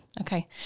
Okay